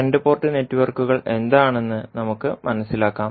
രണ്ട് പോർട്ട് നെറ്റ്വർക്കുകൾ എന്താണെന്ന് നമുക്ക് മനസിലാക്കാം